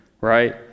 Right